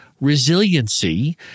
resiliency